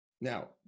now